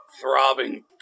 Throbbing